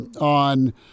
on